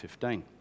2015